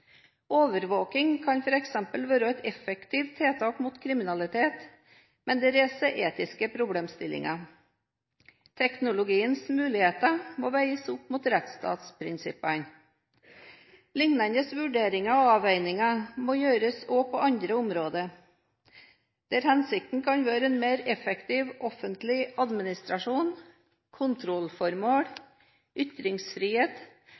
Overvåking kan f.eks. være et effektivt tiltak mot kriminalitet, men det reiser etiske problemstillinger. Teknologiens muligheter må veies opp mot rettsstatsprinsippene. Lignende vurderinger og avveininger må gjøres også på andre områder, der hensikten kan være en mer effektiv offentlig administrasjon,